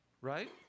Right